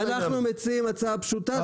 אנחנו מציעים הצעה פשוטה.